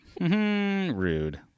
Rude